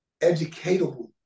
educatable